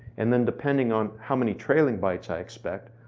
and then depending on how many trailing bytes i expect,